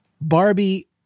Barbie